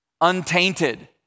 untainted